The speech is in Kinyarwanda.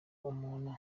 umuntu